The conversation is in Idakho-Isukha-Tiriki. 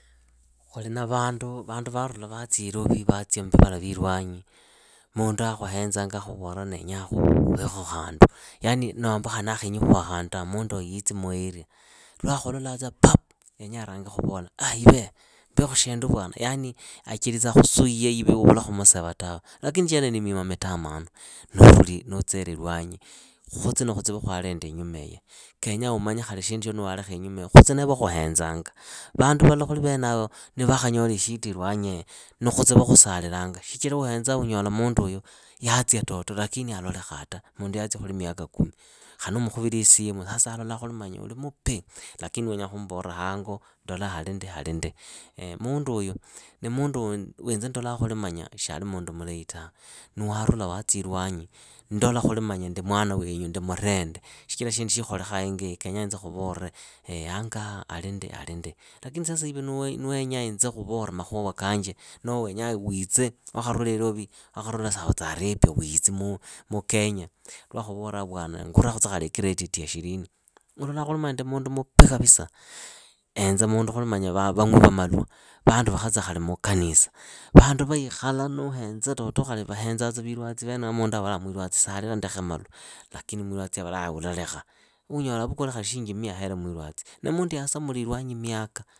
Khuli na vandu vaarula vatsya irovi vatsia mbivala viilwanyi, mundu akhuhenzanga akhuvole ndenya khuhekhu khandu, khali nakhenyi khuha khandu tawe munduyo yitsi muu area, lwakhulolatsa pap, yenya arange khuvola ive mbekhu shindu vwana. yani achelitsaa khuzuia iwe u uvule khumusava tawe, lakini chenecho ni mima mitamanu. Nuuruli nuutsile ilwanyi, khutse nee va khwalinda inyumaiyi, kenyaa umanye khali shindu shio ni walekha inyumaiyi khutse nee va khuhenzanga. Vandu vala khuli venava nivakhanyola ishita ilwanyieyo khutsee neekhusalilanga shichira uhenza ulola munduyu yatsia lakini alolekhaa ta, mundu yatsia khuli myaka kumi. khali nuumukhuvira isimu sasa alolaa khuli uli mupi, lakini wenyaa khumbora hango ndola hali ndi hali ndi. Munduyu ni wiinze ndola khuli shiali mulahi tawe. Ni warula watsia ilwanyi, ndola khuli manya ndi mwana wenyu ndi murende. Shichira shindu shiikholekha kenyaa inze khuvole hangoaa hali ndi hali ndi. Lakini sasa iwe niwenyaainze khuvore makhuva kanje. noho wenyaa witse. niwakharula ilovi. wakharuka sauthi arapia witsi mu kenya, lwakhuvoraa vwana ngurekhutsa khali ikretiti ya shilini, ulola khuli ndi mundu mupi kapisa. Henza mundu khuli manya vang'wi va malwa, vandu vakhatsakhu muukanisa, vandu vahikhala nuuhenza toto khali vahenzatsa mwirwatsi vene a mundu avola. mwirwatsi salile ndekhe malwa, lakini mwirwatsi avola ularekha. unyola avukule khali shilingi mia ahere mwirwatsi. Na mundu yasamula ilwanyi myaka